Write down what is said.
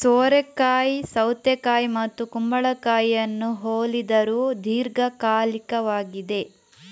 ಸೋರೆಕಾಯಿ ಸೌತೆಕಾಯಿ ಮತ್ತು ಕುಂಬಳಕಾಯಿಯನ್ನು ಹೋಲಿದರೂ ದೀರ್ಘಕಾಲಿಕವಾಗಿದೆ